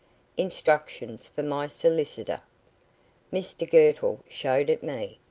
instructions for my solicitor mr girtle showed it me,